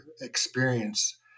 experience